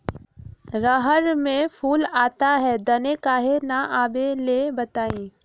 रहर मे फूल आता हैं दने काहे न आबेले बताई?